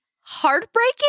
heartbreaking